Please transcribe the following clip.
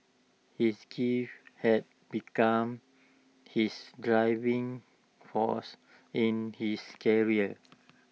his had begun his driving force in his career